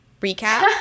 recap